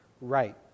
right